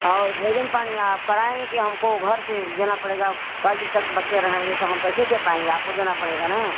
और भोजन पानी आप कराऍंगे कि हमको घर से देना पड़ेगा कै दिन तक बच्चे रहेंगे तो हम कैसे दे पाएँगे आपको देना पड़ेगा ना